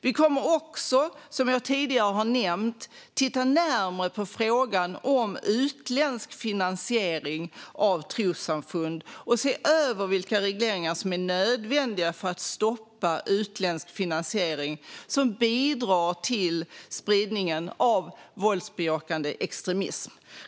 Vi kommer också, som jag tidigare har nämnt, att titta närmre på frågan om utländsk finansiering av trossamfund och se över vilka regleringar som är nödvändiga för att stoppa utländsk finansiering som bidrar till spridningen av våldsbejakande extremism.